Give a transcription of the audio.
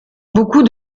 beaucoup